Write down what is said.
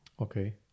Okay